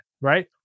right